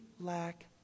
lack